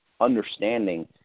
understanding